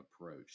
approach